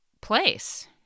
place